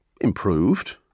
improved